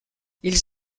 ils